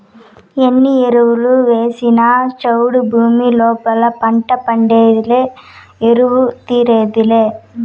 ఎన్ని ఎరువులు వేసినా చౌడు భూమి లోపల పంట పండేదులే కరువు తీరేదులే